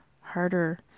harder